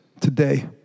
today